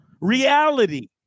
reality